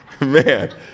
Man